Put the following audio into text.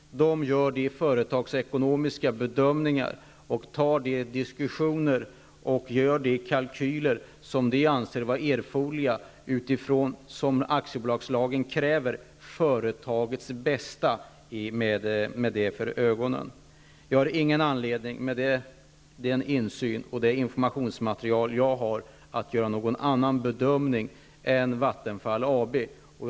I styrelsen görs de företagsekonomiska bedömningarna och kalkylerna, och de diskussioner förs som anses erforderliga med utgångspunkt i kraven i aktiebolagslagen. Därmed har man företagets bästa för ögonen. Med den insyn och det informationsmaterial jag har fått, har jag ingen anledning att göra någon annan bedömning än vad Vattenfall AB har gjort.